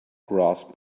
grasp